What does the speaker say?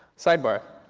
side bar,